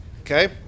okay